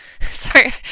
Sorry